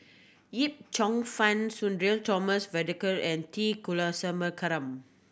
Yip Cheong Fun Sudhir Thomas Vadaketh and T Kulasekaram